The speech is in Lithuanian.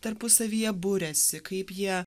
tarpusavyje buriasi kaip jie